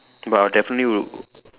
but I will definitely would